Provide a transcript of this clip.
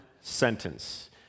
sentence